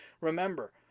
remember